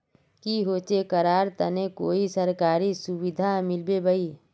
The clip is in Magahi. की होचे करार तने कोई सरकारी सुविधा मिलबे बाई?